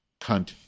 Cunt